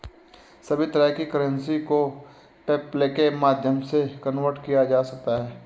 सभी तरह की करेंसी को पेपल्के माध्यम से कन्वर्ट किया जा सकता है